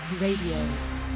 Radio